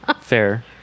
fair